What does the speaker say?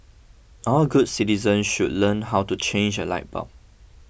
all good citizen should learn how to change a light bulb